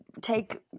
take